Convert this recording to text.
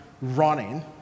running